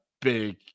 big